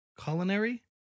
Culinary